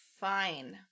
fine